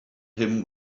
him